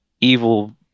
evil